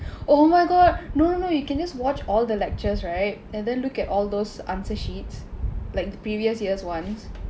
oh my god no no no you can just watch all the lectures right and then look at all those answer sheet like the previous years' [ones]